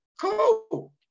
Cool